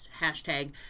hashtag